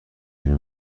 شروع